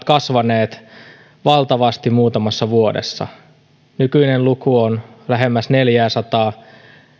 kasvanut valtavasti muutamassa vuodessa nykyinen luku on lähemmäs neljäsataa